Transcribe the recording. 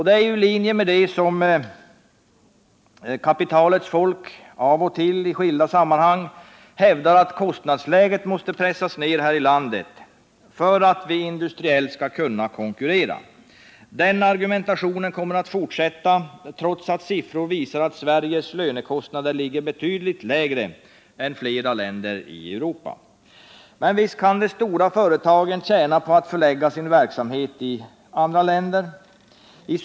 Det är i linje med detta som kapitalets folk av och till i skilda sammanhang hävdar att lönekostnadsläget måste pressas ned här i landet för att vi industriellt skall kunna konkurrera. Denna argumentation kommer att fortsätta trots att siffror visar att Sveriges lönekostnader ligger betydligt lägre än flera länders i Europa. Men visst kan de stora företagen tjäna på att förlägga sin verksamhet i andra länder. I t.ex.